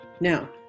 Now